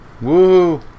Woo